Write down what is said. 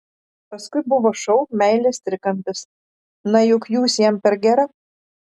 paskui buvo šou meilės trikampis na juk jūs jam per gera